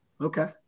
Okay